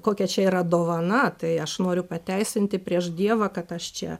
kokia čia yra dovana tai aš noriu pateisinti prieš dievą kad aš čia